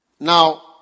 Now